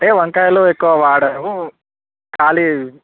అంటే వంకాయలు ఎక్కువ వాడరు ఖాళీ